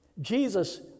Jesus